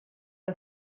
que